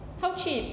how cheap